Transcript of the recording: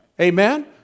Amen